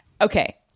okay